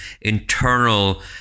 internal